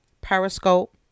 periscope